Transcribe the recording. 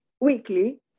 weekly